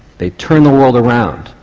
they turn the world around.